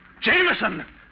Jameson